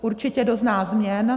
Určitě dozná změn.